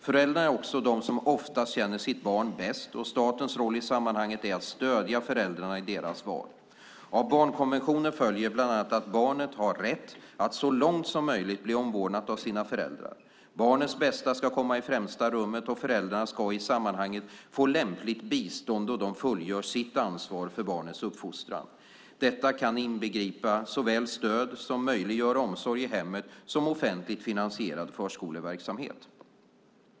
Föräldrarna är också de som oftast känner sina barn bäst, och statens roll i sammanhanget är att stödja föräldrarna i deras val. Av barnkonventionen följer bland annat att barnet har rätt att så långt det är möjligt bli omvårdat av sina föräldrar. Barnets bästa ska komma i främsta rummet, och föräldrarna ska i sammanhanget få lämpligt bistånd då de fullgör sitt ansvar för barnets uppfostran. Detta kan inbegripa såväl stöd som möjliggör omsorg i hemmet som offentligt finansierad förskoleverksamhet.